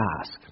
ask